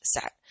set